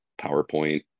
PowerPoint